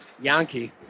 Yankee